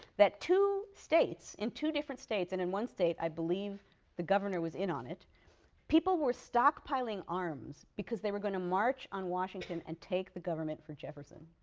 that two states in two different states and in one state i believe the governor was in on it people were stockpiling arms because they were going to march on washington and take the government for jefferson.